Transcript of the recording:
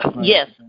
Yes